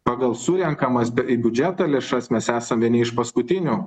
pagal surenkamas į biudžeto lėšas mes esam vieni iš paskutinių